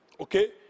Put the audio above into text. Okay